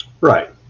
Right